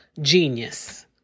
genius